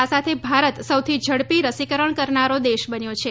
આ સાથે ભારત સૌથી ઝડપી રસીકરણ કરનારો દેશ બન્યો છે